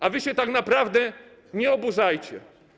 A wy się tak naprawdę nie oburzajcie.